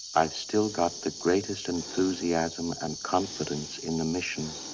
i've still got the greatest and enthusiasm and confidence in the mission.